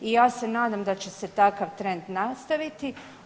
I ja se nadam da će se takav trend nastaviti.